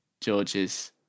George's